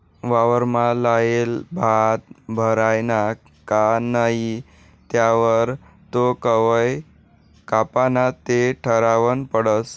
वावरमा लायेल भात भरायना का नही त्यावर तो कवय कापाना ते ठरावनं पडस